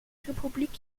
republik